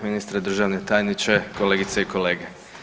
Ministre, državni tajniče, kolegice i kolege.